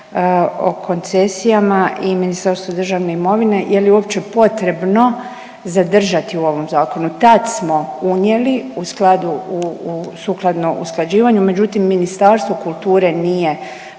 o koncesijama i Ministarstvo državne imovine je li uopće potrebno zadržati u ovom zakonu. Tad smo unijeli u skladu, sukladno usklađivanju međutim Ministarstvo kulture nije